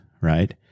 right